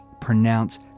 pronounce